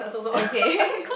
okay